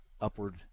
upward